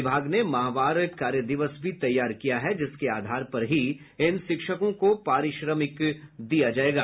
विभाग ने माहवार का कार्यदिवस भी तैयार किया है जिसके आधार पर ही इन शिक्षकों को पारिश्रमिक दिया जायेगा